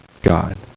God